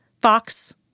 Fox